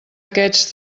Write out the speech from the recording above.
aquests